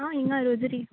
आ हिंगा रोझरी